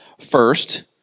First